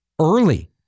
early